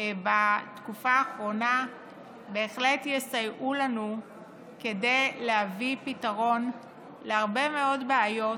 בתקופה האחרונה בהחלט יסייעו לנו כדי להביא פתרון להרבה מאוד בעיות